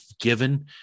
given